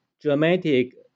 dramatic